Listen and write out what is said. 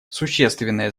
существенное